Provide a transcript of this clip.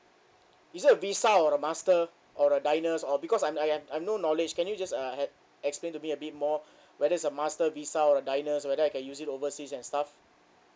is it a visa or a master or a diners or because I'm I I I no knowledge can you just uh e~ explain to me a bit more whether it's a master visa or a diners whether I can use it overseas and stuff